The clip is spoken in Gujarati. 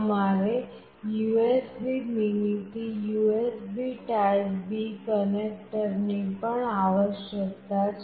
તમારે USB mini થી USB typeB કનેક્ટરની પણ આવશ્યકતા છે